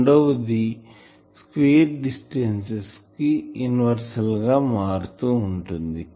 రెండవది square distance r2 కు inverse గా మారుతూ ఉంటుంది